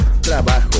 trabajo